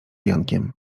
jankiem